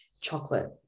chocolate